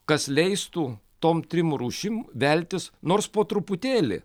kas leistų tom trim rūšim veltis nors po truputėlį